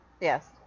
Yes